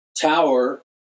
tower